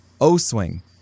O-swing